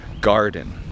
garden